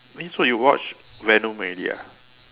eh so you watch Venom already ah